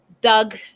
Doug